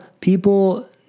people